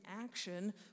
action